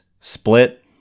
split